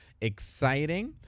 exciting